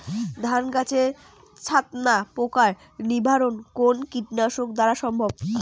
ধান গাছের ছাতনা পোকার নিবারণ কোন কীটনাশক দ্বারা সম্ভব?